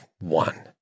one